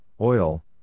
oil